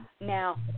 Now